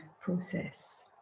process